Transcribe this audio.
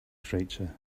creature